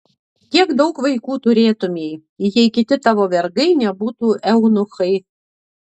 kiek daug vaikų turėtumei jei kiti tavo vergai nebūtų eunuchai